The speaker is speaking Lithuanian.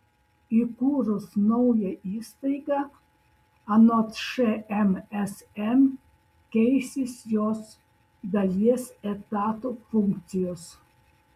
įkūrus naują įstaigą anot šmsm keisis jos dalies etatų funkcijos